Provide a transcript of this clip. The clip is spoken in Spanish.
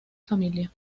familia